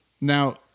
Now